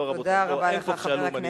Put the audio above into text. לא, רבותי, לא, אין פה פשיעה לאומנית.